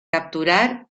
capturar